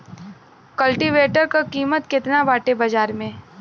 कल्टी वेटर क कीमत केतना बाटे बाजार में?